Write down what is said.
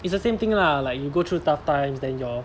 it's the same thing lah like you go through tough times then your